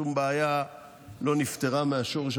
שום בעיה לא נפתרה מהשורש,